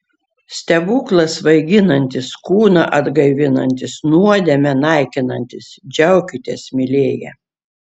stebuklas svaiginantis kūną atgaivinantis nuodėmę naikinantis džiaukitės mylėję